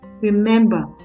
Remember